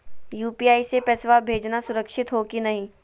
UPI स पैसवा भेजना सुरक्षित हो की नाहीं?